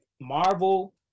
Marvel